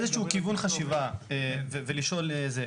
איזשהו כיוון חשיבה ולשאול זה.